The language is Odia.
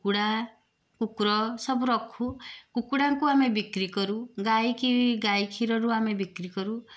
କୁକୁଡ଼ା କୁକୁର ସବୁ ରଖୁ କୁକୁଡ଼ାଙ୍କୁ ଆମେ ବିକ୍ରି କରୁ ଗାଈ କି ଗାଈ କ୍ଷୀରରୁ ଆମେ ବିକ୍ରି କରୁ